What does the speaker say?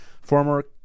former